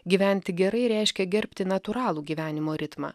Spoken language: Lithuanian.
gyventi gerai reiškia gerbti natūralų gyvenimo ritmą